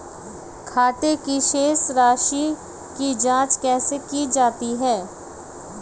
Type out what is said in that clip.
खाते की शेष राशी की जांच कैसे की जाती है?